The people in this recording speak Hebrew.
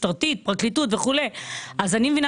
הסתה וכל הפעילויות האלה --- לא רק.